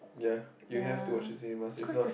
ya you have to watch cinemas if not